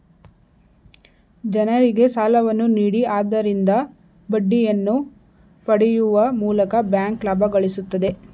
ಜನರಿಗೆ ಸಾಲವನ್ನು ನೀಡಿ ಆದರಿಂದ ಬಡ್ಡಿಯನ್ನು ಪಡೆಯುವ ಮೂಲಕ ಬ್ಯಾಂಕ್ ಲಾಭ ಗಳಿಸುತ್ತದೆ